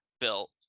built